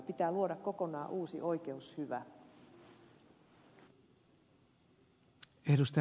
pitää luoda kokonaan uusi oikeushyvä